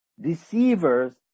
deceivers